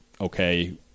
okay